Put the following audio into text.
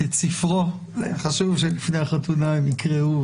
הרי כשמאשרים תקנות שהממשלה מציעה,